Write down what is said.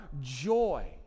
joy